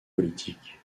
politique